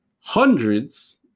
Hundreds